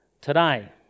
today